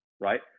right